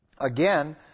Again